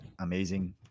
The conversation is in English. amazing